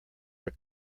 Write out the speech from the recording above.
are